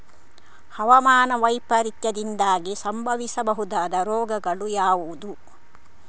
ಹವಾಮಾನ ವೈಪರೀತ್ಯದಿಂದಾಗಿ ಸಂಭವಿಸಬಹುದಾದ ರೋಗಗಳು ಯಾವುದು?